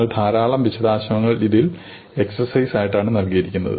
എന്നാൽ ധാരാളം വിശദാംശങ്ങൾ ഇതിൽ എക്സർസൈസ് ആയിട്ടാണ് നൽകിയിരിക്കുന്നത്